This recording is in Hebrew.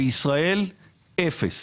בישראל אפס.